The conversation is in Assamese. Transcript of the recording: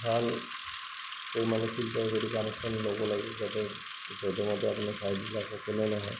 ভালকৈ মানে ফিল্টাৰ কৰি কানেকশ্যন ল'ব লাগে যাতে যধে মধে আপোনাৰ চাইটবিলাক অ'পেনো নহয়